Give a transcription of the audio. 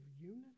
unity